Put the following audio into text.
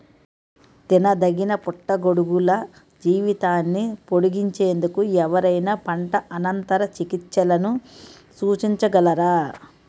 తినదగిన పుట్టగొడుగుల జీవితాన్ని పొడిగించేందుకు ఎవరైనా పంట అనంతర చికిత్సలను సూచించగలరా?